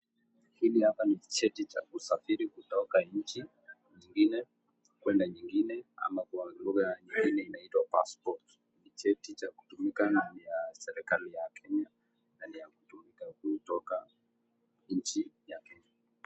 Hili hapa ni cheti cha kusafiri kutoka nchi ingine kuenda nyingine ama kwa lugha ingine inaitwa passport cheti cha kutumika na serikali ya Kenya kutoka nchi ya Kenya.